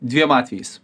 dviem atvejais